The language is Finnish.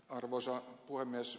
arvoisa puhemies